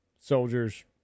soldiers